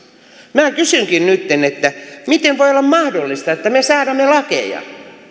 minä kysynkin nytten miten voi olla mahdollista että me säädämme lakeja